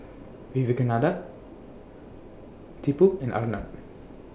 Vivekananda Tipu and Arnab